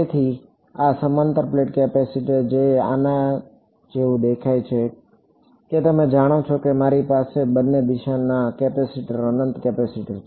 તેથી આ સમાંતર પ્લેટ કેપેસિટર જે કંઈક આના જેવું દેખાય છે કે તમે જાણો છો કે તમારી પાસે બંને દિશામાં કેપેસિટર અનંત કેપેસિટર છે